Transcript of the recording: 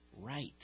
right